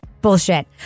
Bullshit